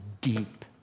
deep